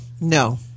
No